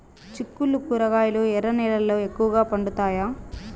చిక్కుళ్లు కూరగాయలు ఎర్ర నేలల్లో ఎక్కువగా పండుతాయా